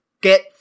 get